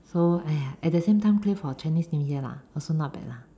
so !aiya! at the same time clear for Chinese new year lah also not bad lah